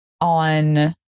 on